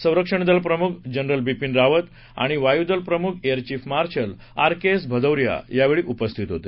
संरक्षण दल प्रमुख जनरल बिपीन रावत आणि वायुदल प्रमुख air chief marshal R K S Bhadauria यावेळी उपस्थित होते